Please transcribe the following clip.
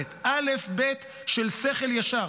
ב' אלף-בית של שכל ישר.